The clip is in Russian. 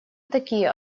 такие